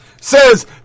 Says